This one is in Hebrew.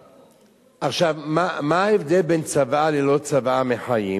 עכשיו, מה ההבדל בין צוואה ללא-צוואה מחיים?